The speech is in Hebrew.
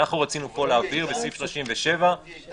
אנחנו רצינו פה להעביר בסעיף 37 שההגבלות